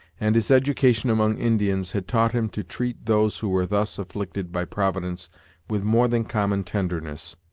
and his education among indians had taught him to treat those who were thus afflicted by providence with more than common tenderness.